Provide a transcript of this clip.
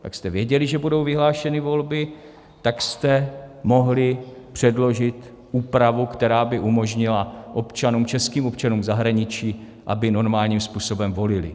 Když jste věděli, že budou vyhlášeny volby, tak jste mohli předložit úpravu, která by umožnila českým občanům v zahraničí, aby normálním způsobem volili.